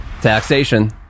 taxation